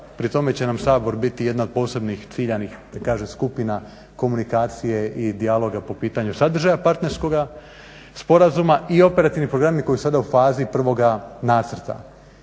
pri tome će nam Sabor biti jedna od posebnih ciljan skupina komunikacije i dijaloga po pitanju sadržaja partnerskoga sporazuma i operativni programi koji su sada u fazi prvoga nacrta.